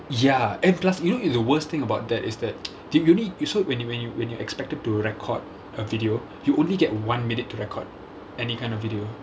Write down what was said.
ya and plus you know it the worst thing about that is that di~ you only so when you when you when you're expected to record a video you only get one minute to record any kind of video